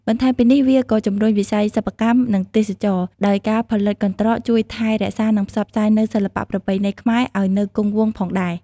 បន្ថែមពីនេះ វាក៏ជំរុញវិស័យសិប្បកម្ម និងទេសចរណ៍ ដោយការផលិតកន្ត្រកជួយថែរក្សា និងផ្សព្វផ្សាយនូវសិល្បៈប្រពៃណីខ្មែរឲ្យនៅគង់វង្សផងដែរ។